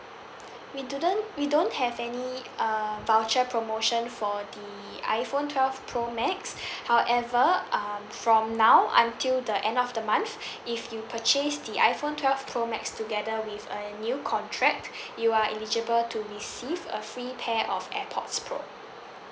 we didn't we don't have any uh voucher promotion for the iPhone twelve pro max however um from now until the end of the month if you purchase the iPhone twelve pro max together with a new contract you are eligible to receive a free pair of AirPods pro